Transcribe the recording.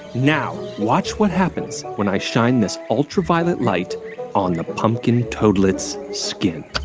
now, watch what happens when i shine this ultraviolet light on the pumpkin toadlet's skin